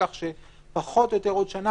כך שפחות או יותר עוד שנה,